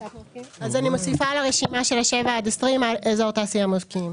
אז אני מוסיפה לרשימה של השבעה עד 20 קילומטר את אזור התעשייה מבקיעים.